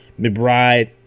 mcbride